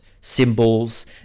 symbols